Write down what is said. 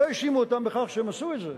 לא האשימו אותם בכך שהם עשו את זה,